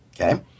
okay